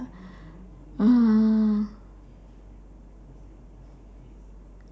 uh